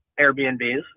Airbnbs